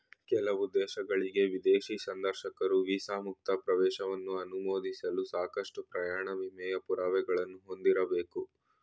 ಕೆಲವು ದೇಶಗಳ್ಗೆ ವಿದೇಶಿ ಸಂದರ್ಶಕರು ವೀಸಾ ಮುಕ್ತ ಪ್ರವೇಶವನ್ನ ಅನುಮೋದಿಸಲು ಸಾಕಷ್ಟು ಪ್ರಯಾಣ ವಿಮೆಯ ಪುರಾವೆಗಳನ್ನ ಹೊಂದಿರಬೇಕು